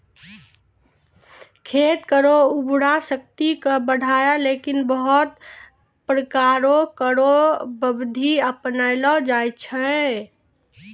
खेत केरो उर्वरा शक्ति क बढ़ाय लेलि बहुत प्रकारो केरो बिधि अपनैलो जाय छै